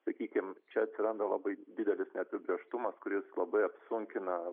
sakykim čia atsiranda labai didelis neapibrėžtumas kuris labai apsunkina